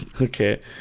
Okay